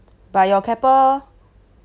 but your